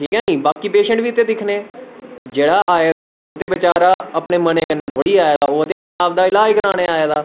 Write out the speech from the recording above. ठीक ऐ नी बाकी पेशैंट बी दिक्खने जेह्ड़ा आए दा ओह् ते अपने मने कन्नै थोह्ड़ी आए दा ओह् ते अपने आप दा इलाज करानें गी आए दा